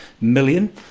million